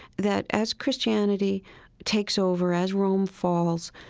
that as christianity takes over, as rome falls,